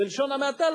בלשון המעטה.